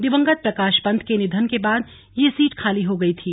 दिवंगत प्रकाश पंत के निधन के बाद ये सीट खाली हो गई थी